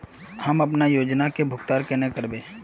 हम अपना योजना के भुगतान केना करबे?